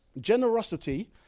generosity